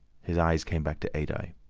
his eyes came back to adye.